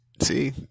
See